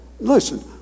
listen